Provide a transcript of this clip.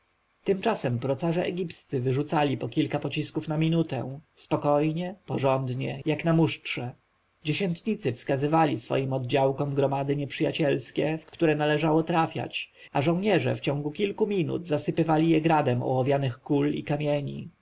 tymczasem procarze egipscy wyrzucali po kilka pocisków na minutę spokojnie porządnie jak na mustrze dziesiętnicy wskazywali swoim oddziałkom gromady nieprzyjacielskie w które należało trafiać a żołnierze w ciągu kilku minut zasypywali je gradem ołowianych kul i kamieni